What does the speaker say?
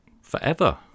forever